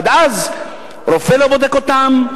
ועד אז רופא לא בודק אותם,